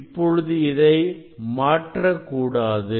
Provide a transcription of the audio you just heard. இப்பொழுது இதை மாற்றக்கூடாது